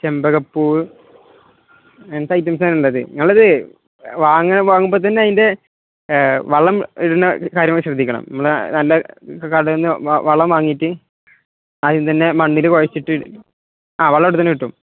ചെമ്പകപ്പൂവ് അങ്ങനത്തെ ഐറ്റംസാണുള്ളത് നിങ്ങളത് വാങ്ങുമ്പോള് തന്നെ അതിൻ്റെ വളമിടുന്ന കാര്യങ്ങള് ശ്രദ്ധിക്കണം നമ്മള് നല്ല കടയില് നിന്ന് വളം വാങ്ങിയിട്ട് അദ്യം തന്നെ മണ്ണില് കുഴച്ചിട്ട് ആ വളം ഇവിടെത്തന്നെ കിട്ടും